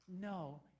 no